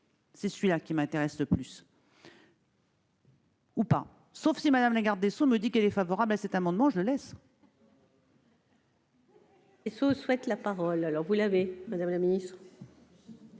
c'est celui-là qui m'intéresse le plus. Évidemment, si Mme la garde des sceaux me dit qu'elle est favorable à cet amendement, je le